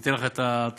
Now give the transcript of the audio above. אתן לך את התרשים